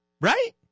right